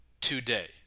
today